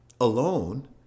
alone